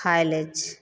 खा लै छै